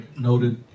noted